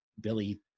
Billy